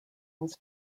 was